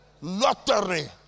Lottery